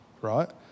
right